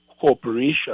Corporation